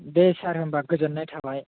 दे सार होनबा गोजोननाय थाबाय